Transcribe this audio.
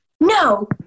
no